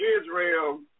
Israel